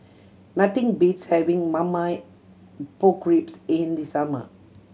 nothing beats having Marmite Pork Ribs in the summer